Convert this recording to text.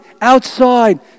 outside